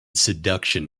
seduction